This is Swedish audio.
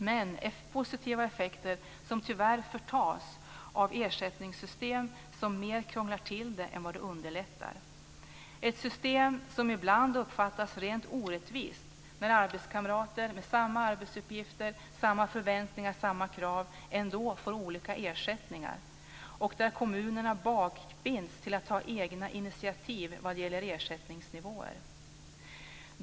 Men dessa positiva effekter förtas tyvärr av ersättningssystem som mer krånglar till än underlättar. Detta system uppfattas ibland som rent orättvist när arbetskamrater med samma arbetsuppgifter, samma förväntningar och samma krav ändå får olika ersättningar. Kommunerna bakbinds när det gäller att ta egna initiativ vad gäller ersättningsnivåer.